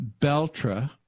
Beltra